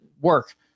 work